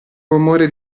rumore